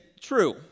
true